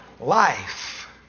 life